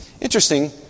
Interesting